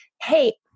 hey